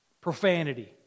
Profanity